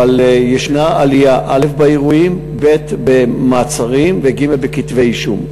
אבל יש עלייה באירועים, במעצרים ובכתבי אישום.